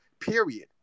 period